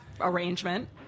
arrangement